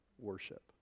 worship